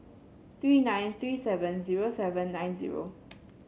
three nine three seven zero seven nine zero